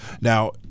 Now